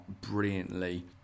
brilliantly